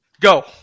Go